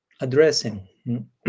addressing